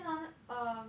then hor err